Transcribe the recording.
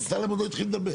הוא בכלל עוד לא התחיל לדבר.